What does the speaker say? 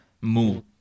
move